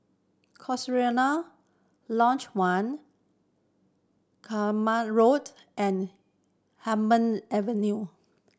Cochrane Lodge One Klang Road and Hume Avenue